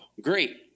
Great